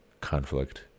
conflict